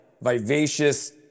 vivacious